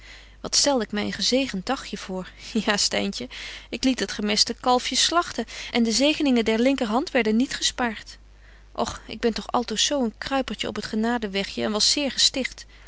wat stelde ik my een gezegent dagje voor ja styntje ik liet het gemeste kalfje slagten en de zegeningen der linkerhand werden niet gespaart och ik ben toch altoos zo een kruipertje op het genadenwegje en was zeer gesticht